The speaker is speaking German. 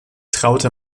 traute